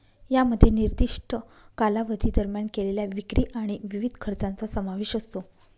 यामध्ये निर्दिष्ट कालावधी दरम्यान केलेल्या विक्री आणि विविध खर्चांचा समावेश असतो